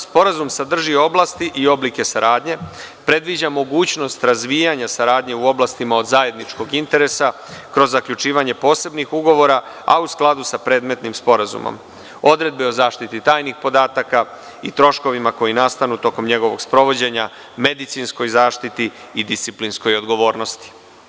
Sporazum sadrži oblasti i oblike saradnje, predviđa mogućnost razvijanja saradnje u oblastima od zajedničkog interesa kroz zaključivanje posebnih ugovora, a u skladu sa predmetnim sporazumom, odredbe o zaštiti tajnih podataka i troškovi koji nastanu u toku njegovog sprovođenja, medicinskoj zaštiti i disciplinskoj odgovornosti.